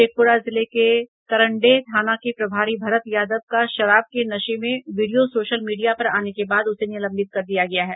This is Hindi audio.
शेखपुरा जिले के करंडेय थाना के प्रभारी भरत यादव का शराब के नशे में वीडियो सोशल मीडिया पर आने के बाद उसे निलंबित कर दिया गया है